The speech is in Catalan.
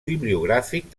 bibliogràfic